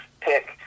pick